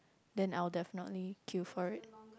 then I'll definitely queue for it